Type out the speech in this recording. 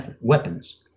weapons